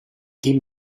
team